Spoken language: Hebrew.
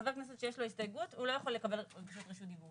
חבר כנסת שיש לו הסתייגות לא יכול לקבל רשות דיבור.